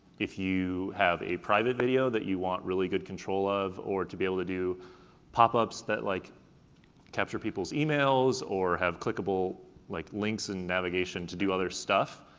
if you have a private video that you want really good control of or to be able to do popups that like capture people's emails or have clickable like links and navigation to do other stuff,